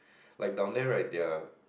like down there right their